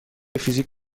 فیزیک